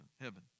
heaven